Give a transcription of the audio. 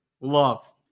Love